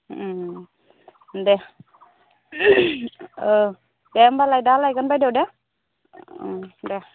दे औ दे होमबालाय दा लायगोन बाइद' दे दे